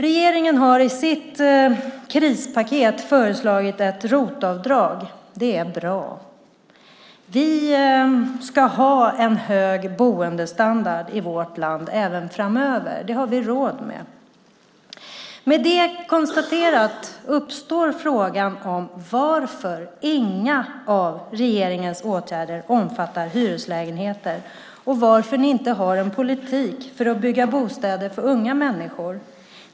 Regeringen har i sitt krispaket föreslagit ett ROT-avdrag, och det är bra. Vi ska ha en hög boendestandard i vårt land även framöver. Det har vi råd med. Med det konstaterat uppstår frågan varför inga av regeringens åtgärder omfattar hyreslägenheter och varför ni inte har en politik för att bygga bostäder för unga människor.